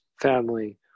family